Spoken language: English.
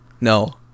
No